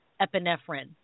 epinephrine